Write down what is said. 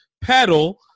Pedal